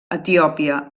etiòpia